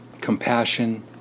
compassion